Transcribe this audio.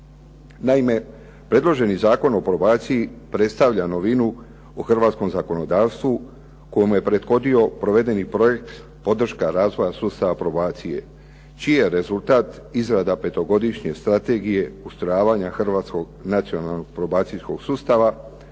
Naime predloženi Zakon o probaciji predstavlja novinu u hrvatskom zakonodavstvu kojemu je prethodio provedeni projekt "Podrška razvoja sustava probacije" čiji je rezultat izrada 5-godišnje strategije ustrojavanja hrvatskog nacionalnog probacijskog sustava,